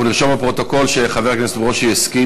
אנחנו נרשום בפרוטוקול שחבר הכנסת ברושי הסכים